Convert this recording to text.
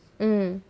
mm